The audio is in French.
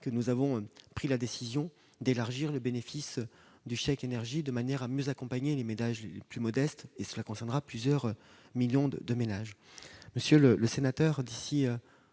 Nous avons aussi pris la décision d'élargir le bénéfice du chèque-énergie, de manière à mieux aider les ménages les plus modestes ; cela concernera plusieurs millions de ménages. Monsieur le sénateur, le